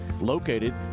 located